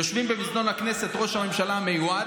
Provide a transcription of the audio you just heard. יושבים במזנון הכנסת ראש הממשלה המיועד